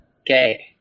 Okay